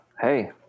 Hey